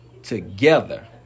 together